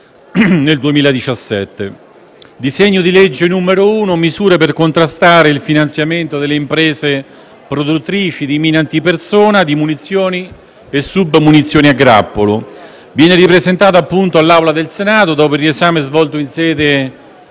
nel 2017. Il disegno di legge n. 1, recante misure per contrastare il finanziamento delle imprese produttrici di mine antipersona, di munizioni e submunizioni a grappolo, viene ripresentato all'esame dell'Assemblea del Senato dopo l'esame svolto in sede